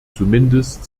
zumindest